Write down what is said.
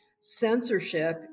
censorship